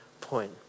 point